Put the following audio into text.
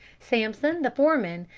sampson, the foreman,